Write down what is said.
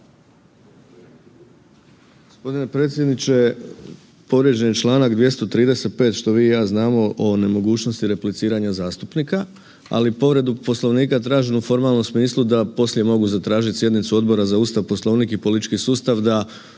g. Predsjedniče, povrijeđen je čl. 235. što vi i ja znamo o nemogućnosti repliciranja zastupnika, ali povredu Poslovnika tražim u formalnom smislu da poslije mogu zatražit sjednicu Odbora za Ustav, Poslovnik i politički sustav